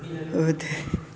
ಹೋಗುತ್ತೆ